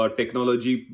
technology